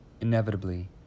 inevitably